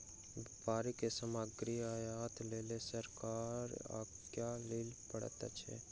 व्यापारी के सामग्री आयातक लेल सरकार सॅ आज्ञा लिअ पड़ैत अछि